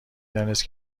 دانست